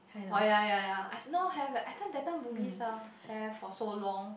oh ya ya ya I now have eh that time Bugis ah have for so long